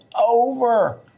over